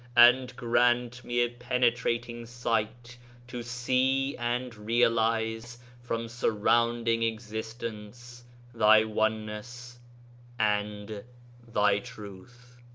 and grant me a penetrating sight to see and real ize from surrounding existence thy oneness and thy truth.